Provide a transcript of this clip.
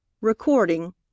Recording